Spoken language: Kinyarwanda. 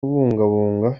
kubungabunga